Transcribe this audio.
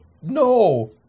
No